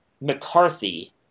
McCarthy